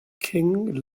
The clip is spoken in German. king